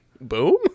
boom